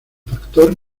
factor